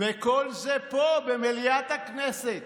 וכל זה פה, במליאת הכנסת,